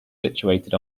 situated